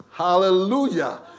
Hallelujah